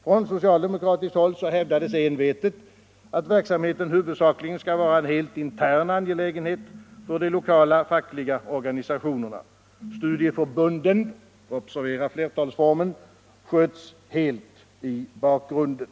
Från socialdemokratiskt håll hävdades envetet att verksamheten huvudsak Nr 83 ligen skulle vara Sn el intern angelägenhet för de lokala fackliga or Tisdagen den ganisationerna. Studieförbunden — observera flertalsformen — sköts helt 20 maj 1975 i bakgrunden.